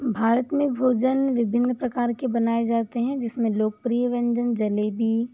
भारत में भोजन विभिन्न प्रकार के बनाए जाते है जिसमें लोकप्रिय व्यंजन जलेबी